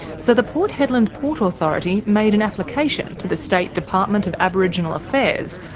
so the port hedland port authority made an application to the state department of aboriginal affairs,